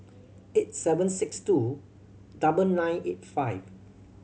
eight seven six two double nine eight five